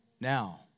Now